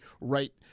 right